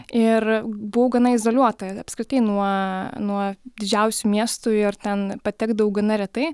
ir buvau gana izoliuota apskritai nuo nuo didžiausių miestų ir ten patekdavau gana retai